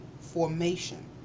formation